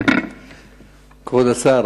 כבוד השר,